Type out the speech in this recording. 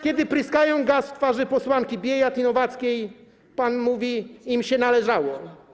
Kiedy pryskają gazem w twarze posłanki Biejat i Nowackiej, pan mówi: Im się należało.